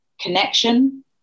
connection